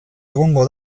egongo